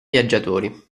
viaggiatori